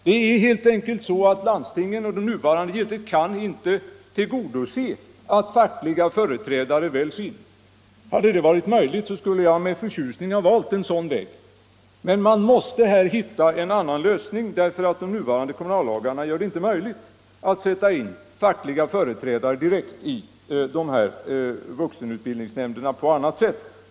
Det är helt enkelt så att landstingen under nuvarande förhållanden inte kan tillgodose önskemålet att fackliga företrädare väljs in i vuxenutbildningsnämnderna. Hade det varit möjligt skulle jag med förtjusning ha valt en sådan väg. Men man måste här hitta en annan lösning, därför att det enligt nuvarande kommunallagar inte är möjligt att sätta in fackliga företrädare direkt i vuxenutbildningsnämnderna.